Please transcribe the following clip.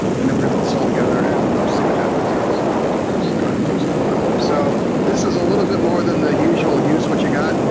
and then we're gonna put this all together, and see what happens, cause that's what gardenfork's all about. so, this is a little bit more than the usual use what you got.